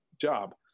job